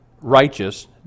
righteous